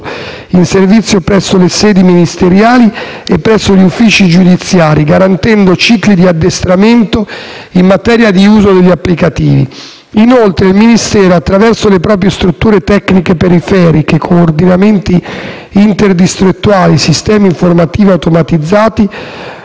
in servizio presso le sedi ministeriali e gli uffici giudiziari, garantendo cicli di addestramento in materia di uso degli applicativi. Il Ministero inoltre, attraverso le proprie strutture tecniche periferiche (coordinamenti interdistrettuali sistemi informativi automatizzati)